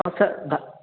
اور سر با